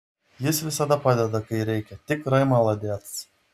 jis visada padeda kai reikia tikrai maladėc